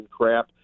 crap